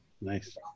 nice